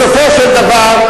בסופו של דבר,